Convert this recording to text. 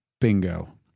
Bingo